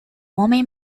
homem